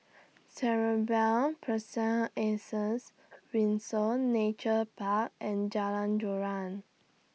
Cerebral Person Athens Windsor Nature Park and Jalan Joran